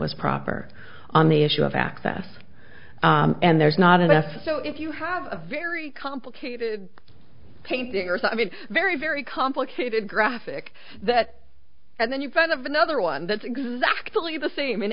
was proper on the issue of access and there's not enough so if you have a very complicated painting or so i mean very very complicated graphic that and then you find of another one that's exactly the same in